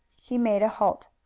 he made a halt.